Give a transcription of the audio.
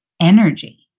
energy